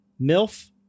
MILF